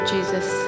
Jesus